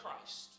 Christ